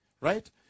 right